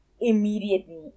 immediately